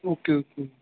okay okay